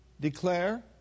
declare